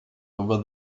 over